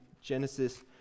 Genesis